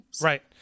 Right